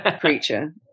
creature